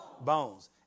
Bones